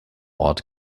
ort